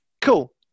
cool